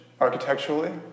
architecturally